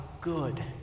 good